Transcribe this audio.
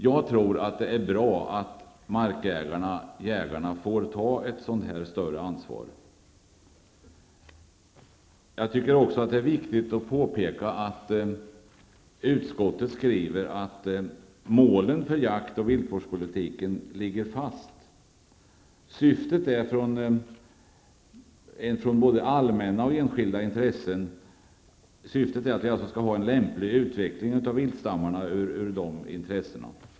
Jag tror att det är bra att markägarna och jägarna får ta ett sådant större ansvar. Jag tycker också det är viktigt att påpeka att utskottet skriver att målen för jakt och viltvårdspolitiken ligger fast. Syftet är att det skall ske en lämplig utveckling av viltstammarna med hänsyn till både allmänna och enskilda intressen.